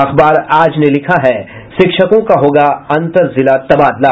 अखबार आज ने लिखा है शिक्षकों का होगा अंतर जिला तबादला